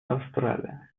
австралия